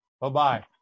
Bye-bye